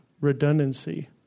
redundancy